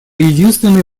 единственный